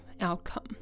outcome